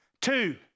Two